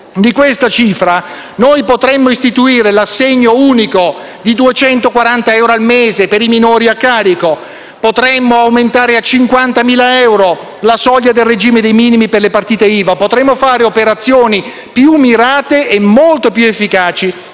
di questa cifra potremmo istituire l'assegno unico di 240 euro al mese per i minori a carico; potremmo aumentare a 50.000 euro la soglia del regime dei minimi per le partite IVA; potremmo fare operazioni più mirate e molto più efficaci